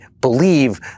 believe